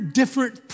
different